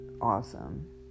awesome